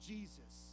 Jesus